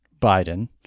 Biden